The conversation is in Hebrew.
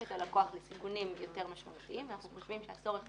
את הלקוח לסיכונים יותר משמעותיים ואנחנו חושבים שהצורך